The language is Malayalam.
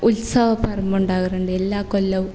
ഉത്സവപ്പറമ്പുണ്ടാവാറുണ്ട് എല്ലാ കൊല്ലവും